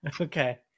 Okay